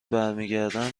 برگردم